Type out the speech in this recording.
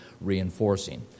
reinforcing